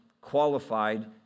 qualified